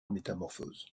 métamorphose